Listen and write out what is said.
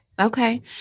Okay